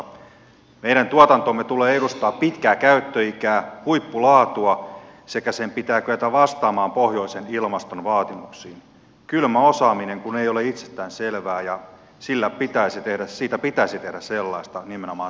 meidän tuotantomme tulee edustaa pitkää käyttöikää huippulaatua sekä sen pitää kyetä vastaamaan pohjoisen ilmaston vaatimuksiin kylmä osaaminen kun ei ole itsestään selvää ja siitä pitäisi tehdä sellaista nimenomaan suomessa